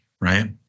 Right